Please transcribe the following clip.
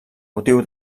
motiu